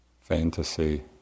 fantasy